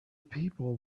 people